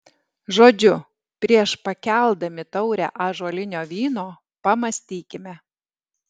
žodžiu prieš pakeldami taurę ąžuolinio vyno pamąstykime